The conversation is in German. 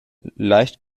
leicht